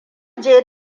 je